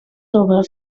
sobre